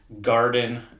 Garden